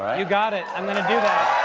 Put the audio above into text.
you got it. i'm going to do that.